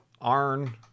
Iron